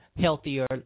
healthier